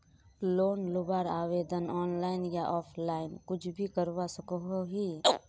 Loan लुबार आवेदन online या ऑफलाइन कुछ भी करवा सकोहो ही?